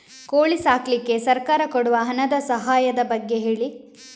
ಕೋಳಿ ಸಾಕ್ಲಿಕ್ಕೆ ಸರ್ಕಾರ ಕೊಡುವ ಹಣದ ಸಹಾಯದ ಬಗ್ಗೆ ಹೇಳಿ